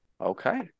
Okay